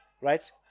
right